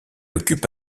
occupe